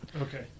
Okay